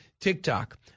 TikTok